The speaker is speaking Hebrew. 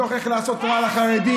מתוך איך לעשות רע לחרדים.